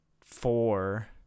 four